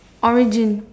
origin